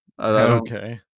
Okay